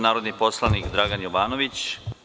Narodni poslanik Dragan Jovanović.